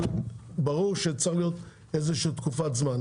אבל ברור שצריכה להיות איזה שהיא תקופת זמן.